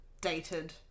dated